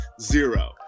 zero